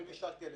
אני רוצה להתקדם.